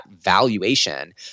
valuation